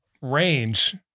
range